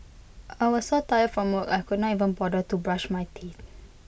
I was so tired from work I could not even bother to brush my teeth